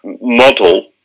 model